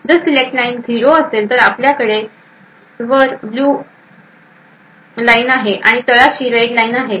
जर select line 0 असेल तर आपल्याकडे येथे वर ब्ल्यू लाईन आहे आणि तळाशी रेड लाईन आहे